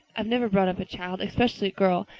i've never brought up a child, especially a girl,